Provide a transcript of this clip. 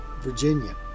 Virginia